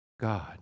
God